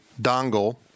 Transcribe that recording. dongle